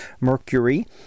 Mercury